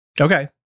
Okay